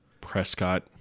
Prescott